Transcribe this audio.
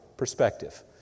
perspective